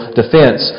defense